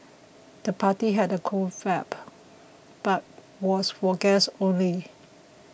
the party had a cool vibe but was for guests only